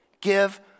Give